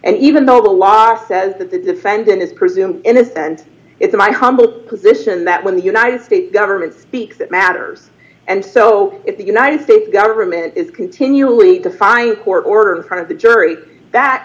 and even though the law says that the defendant is presumed innocent it's my humble position that when the united states government speaks it matters and so if the united states government is continually define court order in front of the jury that